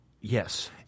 Yes